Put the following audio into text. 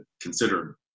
consider